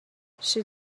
she